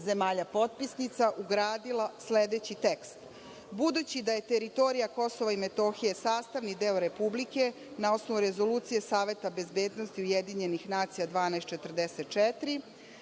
zemalja potpisnica, ugradila sledeći tekst: „Budući da je teritorija Kosova i Metohije sastavni deo Republike, na osnovu Rezolucije Saveta bezbednosti UN 1244,